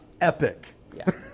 epic